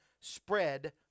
spread